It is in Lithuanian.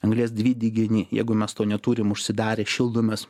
anglies dvideginį jeigu mes to neturim užsidarę šildomės